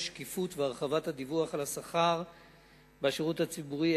36) (שקיפות והרחבת הדיווח על השכר בשירות הציבורי),